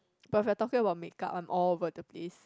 but if you're talking about makeup I'm all over the place